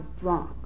drunk